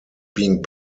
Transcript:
being